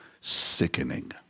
sickening